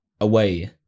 away